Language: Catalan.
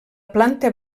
planta